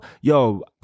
yo